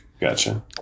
Gotcha